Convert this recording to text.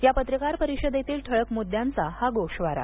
या पत्रकार परिषदेतील ठळक मुद्द्यांचा हा गोषवारा